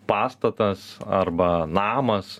pastatas arba namas